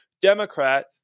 Democrat